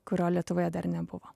kurio lietuvoje dar nebuvo